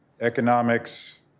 economics